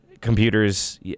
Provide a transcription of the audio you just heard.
computers